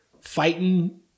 fighting